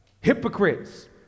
hypocrites